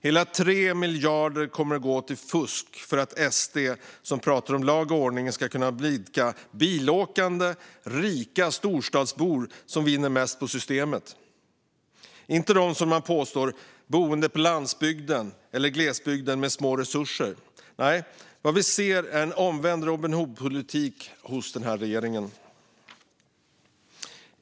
Hela 3 miljarder kommer att gå till fusk för att SD - som pratar om lag och ordning - ska kunna blidka bilåkande, rika storstadsbor. Det är de som vinner mest på systemet och inte, som man påstår, de boende på landsbygden eller i glesbygden med små resurser. Nej, vad vi ser hos den här regeringen är en omvänd Robin Hood-politik.